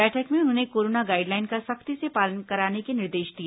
बैठक में उन्होंने कोरोना गाईडलाइन का सख्ती से पालन कराने के निर्देश दिए